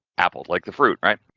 apple like, the fruit right.